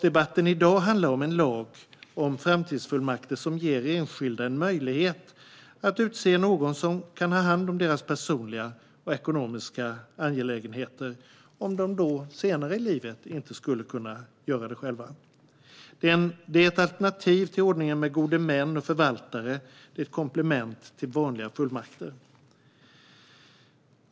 Debatten i dag handlar om en lag om framtidsfullmakter som ger enskilda en möjlighet att utse någon som kan ta hand om deras personliga och ekonomiska angelägenheter, om de senare i livet inte själva skulle kunna göra det. Framtidsfullmakter är ett alternativ till ordningen med gode män och förvaltare och ett komplement till vanliga fullmakter.